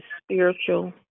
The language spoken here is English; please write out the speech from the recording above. spiritual